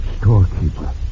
storekeeper